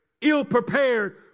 ill-prepared